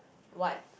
what